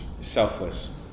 selfless